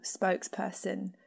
spokesperson